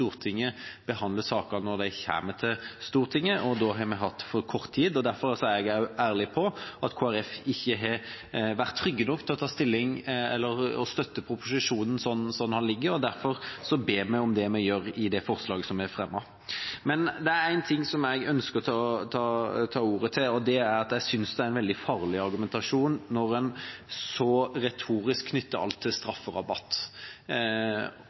Stortinget behandler saker når de kommer til Stortinget, og da har vi hatt for kort tid. Derfor er jeg også ærlig på at Kristelig Folkeparti ikke har vært trygge nok til å ta stilling til eller å støtte proposisjonen sånn den ligger, og derfor ber vi om det vi gjør i det forslaget som vi har fremmet. Men det er en ting jeg ønsker å ta ordet til, og det er at jeg synes det er en veldig farlig argumentasjon når en så retorisk knytter alt til strafferabatt.